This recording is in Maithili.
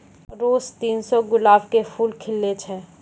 रोज तीन सौ गुलाब के फूल खिलै छै